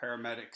paramedics